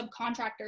subcontractors